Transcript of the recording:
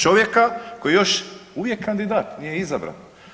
Čovjeka koji je još uvijek kandidat, nije izabran.